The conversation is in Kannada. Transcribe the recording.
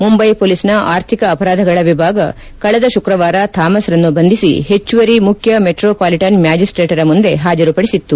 ಮುಂಬೈ ಪೊಲೀಸ್ನ ಆರ್ಥಿಕ ಅಪರಾಧಗಳ ವಿಭಾಗ ಕಳೆದ ಶುಕ್ರವಾರ ಥಾಮಸ್ ರನ್ನು ಬಂಧಿಸಿ ಹೆಚ್ಲುವರಿ ಮುಖ್ಯ ಮೆಟ್ರೋಪಾಲಿಟನ್ ಮ್ಯಾಜಿಸ್ಲೇಟರ ಮುಂದೆ ಹಾಜರುಪಡಿಸಿತ್ತು